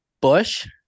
bush